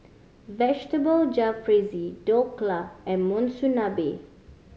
Vegetable Jalfrezi Dhokla and Monsunabe